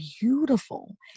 beautiful